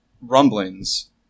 rumblings